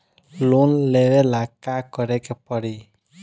Loan लेवे ला का करे के पड़ी?